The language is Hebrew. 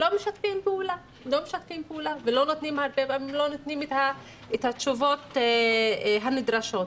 לא משתפים פעולה ולא נותנים את התשובות הנדרשות.